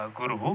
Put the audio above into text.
guru